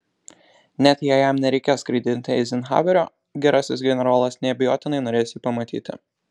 net jei jam nereikės skraidinti eizenhauerio gerasis generolas neabejotinai norės jį pamatyti